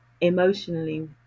emotionally